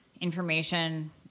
information